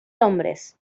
hombres